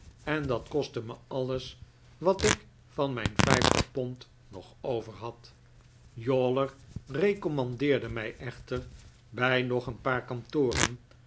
en dat kostte me alles wat ik van mijn vijftig pond nog over had yawler recommandeerde mij echter bij nog een paar kantoren